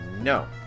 No